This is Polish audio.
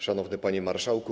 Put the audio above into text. Szanowny Panie Marszałku!